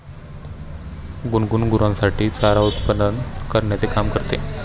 गुनगुन गुरांसाठी चारा उत्पादन करण्याचे काम करते